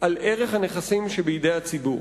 על ערך הנכסים שבידי הציבור.